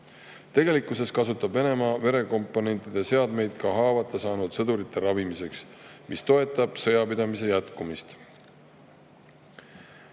Tegelikult ostab Venemaa verekomponentide [valmistamise] seadmeid ka haavata saanud sõdurite ravimiseks, mis toetab sõjapidamise jätkumist.